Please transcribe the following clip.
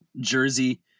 jersey